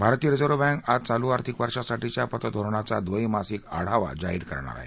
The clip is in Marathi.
भारतीय रिझर्व्ह बैंक आज चालू आर्थिक वर्षासाठीच्या पतधोरणाचा ड्रैमासिक आढावा जाहीर करणार आहे